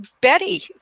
Betty